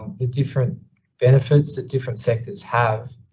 the different benefits that different sectors have.